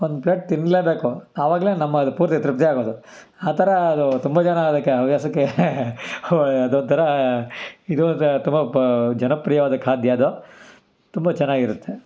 ಒಂದು ಪ್ಲೇಟ್ ತಿನ್ನಲೇಬೇಕು ಆವಾಗಲೇ ನಮ್ಮ ಪೂರ್ತಿ ತೃಪ್ತಿ ಆಗೋದು ಆ ಥರ ಅದು ತುಂಬ ಜನ ಅದಕ್ಕೆ ಹವ್ಯಾಸಕ್ಕೆ ಅದೊಂತರ ಇದು ಒಂತ ತುಂಬ ಬ ಜನಪ್ರಿಯವಾದ ಖಾದ್ಯ ಅದು ತುಂಬ ಚೆನ್ನಾಗಿರುತ್ತೆ